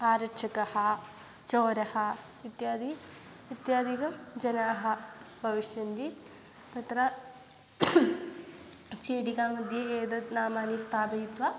आरक्षकः चोरः इत्यादि इत्यादिकं जनाः भविष्यन्ति तत्र चेटिकामध्ये एतद् नामानि स्थापयित्वा